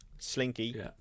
Slinky